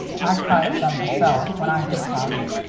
i cried some myself, when i heard about it.